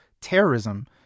terrorism